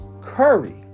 Curry